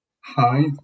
Hi